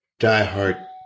diehard